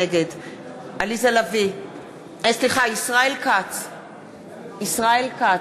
נגד ישראל כץ,